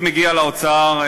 אה,